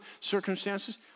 circumstances